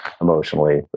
emotionally